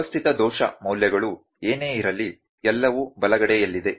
ವ್ಯವಸ್ಥಿತ ದೋಷ ಮೌಲ್ಯಗಳು ಏನೇ ಇರಲಿ ಎಲ್ಲವೂ ಬಲಗಡೆಯಲ್ಲಿದೆ